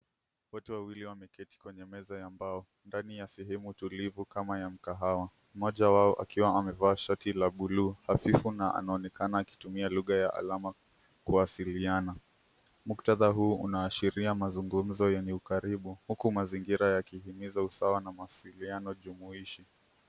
Watu wawili wameketi kwenye meza ya mbao ndani ya sehemu tulivu kama ya kahawa mmoja wao akiwa amevaa shati la bluu hafifu na anaonekana akitumia lugha ya alama kuwasiliana. Muktadha huu unaashiria mazungumzo yenye ukaribu huku mazingira yakihimiza usawa na mawasiliano jumuishi.